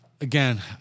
again